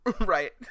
right